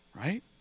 Right